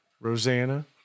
Rosanna